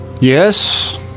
Yes